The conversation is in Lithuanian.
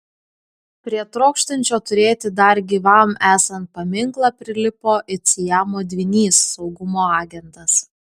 prie trokštančio turėti dar gyvam esant paminklą prilipo it siamo dvynys saugumo agentas